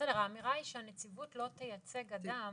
בסדר, האמירה היא שהנציבות לא תייצג אדם